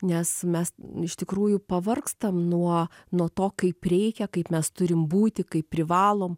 nes mes iš tikrųjų pavargstam nuo nuo to kaip reikia kaip mes turim būti kaip privalom